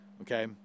Okay